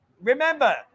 Remember